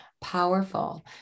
powerful